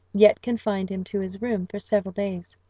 yet confined him to his room for several days.